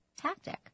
tactic